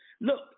Look